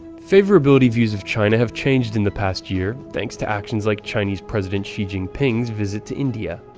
favorability views of china have changed in the past year thanks to actions like chinese president xi jinping's visit to india.